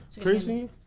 Crazy